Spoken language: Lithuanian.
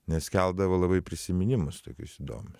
nes keldavo labai prisiminimus tokius įdomius